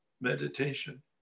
meditation